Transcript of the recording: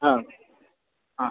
आम्